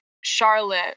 Charlotte